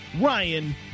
Ryan